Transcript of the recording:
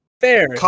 Fair